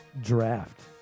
draft